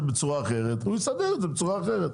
בצורה אחרת הוא יסדר את זה בצורה אחרת.